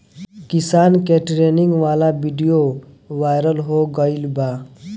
किसान के ट्रेनिंग वाला विडीओ वायरल हो गईल बा